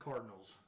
Cardinals